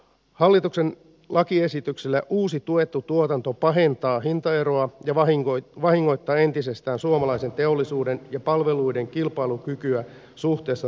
hallituksen lakiesityksellä uusi tuettu tuotanto pahentaa hintaeroa ja vahingoittaa entisestään suomalaisen teollisuuden ja palveluiden kilpailukykyä suhteessa ruotsiin